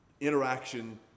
interaction